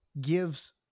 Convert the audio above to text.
gives